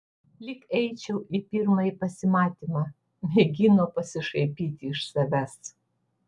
lyg eičiau į pirmąjį pasimatymą mėgino pasišaipyti iš savęs